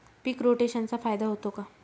पीक रोटेशनचा फायदा होतो का?